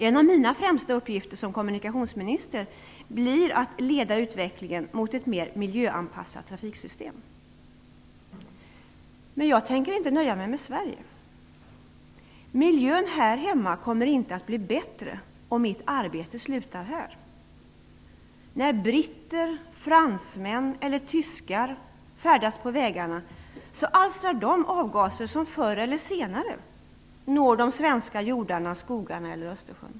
En av mina främsta uppgifter som kommunikationsminister blir att leda utvecklingen mot ett mer miljöanpassat trafiksystem. Men jag tänker inte nöja mig med Sverige. Miljön här hemma kommer inte att bli bättre om mitt arbete slutar här. När britter, fransmän eller tyskar färdas på vägarna alstrar de avgaser som förr eller senare når de svenska jordarna, skogarna eller Östersjön.